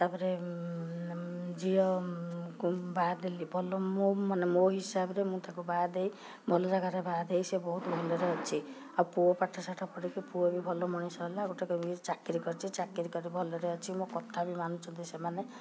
ତା'ପରେ ଝିଅକୁ ବାହା ଦେଲି ଭଲ ମାନେ ମୋ ହିସାବରେ ମୁଁ ତାକୁ ବାହା ଦେଇ ଭଲ ଜାଗାରେ ବାହା ଦେଇ ସେ ବହୁତ ଭଲରେ ଅଛି ଆଉ ପୁଅ ପାଠସାଠ ପଢ଼ିକି ପୁଅ ବି ଭଲ ମଣିଷ ହେଲା ଗୋଟେକ ବି ଚାକିରୀ କରିଛି ଚାକିରୀ କରି ଭଲରେ ଅଛି ମୋ କଥା ବି ମାନୁଛନ୍ତି ସେମାନେ